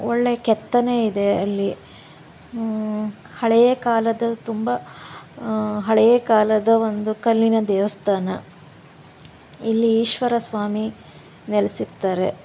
ಒಳ್ಳೆ ಕೆತ್ತನೆ ಇದೆ ಅಲ್ಲಿ ಹಳೆಯ ಕಾಲದ ತುಂಬ ಹಳೆಯ ಕಾಲದ ಒಂದು ಕಲ್ಲಿನ ದೇವಸ್ಥಾನ ಇಲ್ಲಿ ಈಶ್ವರ ಸ್ವಾಮಿ ನೆಲೆಸಿರ್ತಾರೆ